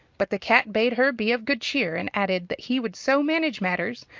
but the cat bade her be of good cheer, and added that he would so manage matters,